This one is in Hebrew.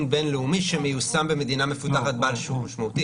בין-לאומי שמיושם במדינה מפותחת בעלת שוק משמעותי.